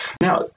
now